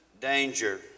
danger